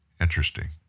Interesting